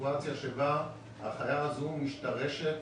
לסיטואציה שבה החיה הזו משתרשת,